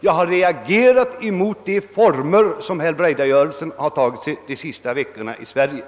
Vad jag reagerat mot är de former som helbrägdagörelsen tagit sig i Sverige under de senaste veckorna.